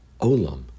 olam